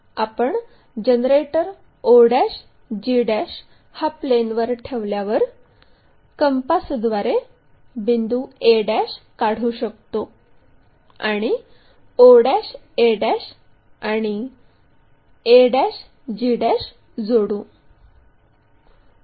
आपण generator o g हा प्लेनवर ठेवल्यावर कंपासद्वारे बिंदू a काढू शकतो आणि o a आणि a g जोडू